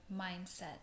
mindset